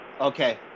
Okay